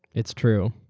it's true.